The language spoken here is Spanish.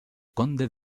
conde